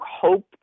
hope